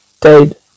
dead